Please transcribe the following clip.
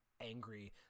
angry